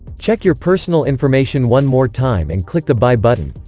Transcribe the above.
check your personal information one more time and click the buy button.